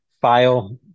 file